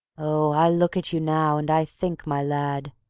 oh, i look at you now and i think, my lad,